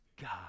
God